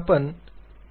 आज आपण